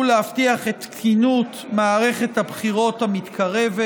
להבטיח את תקינות מערכת הבחירות המתקרבת.